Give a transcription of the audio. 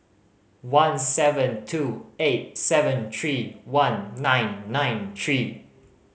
one seven two eight seven three one nine nine three